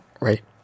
right